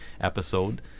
episode